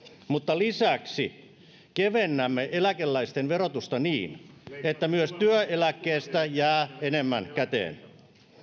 mutta lisäksi kevennämme eläkeläisten verotusta niin että myös työeläkkeestä jää enemmän käteen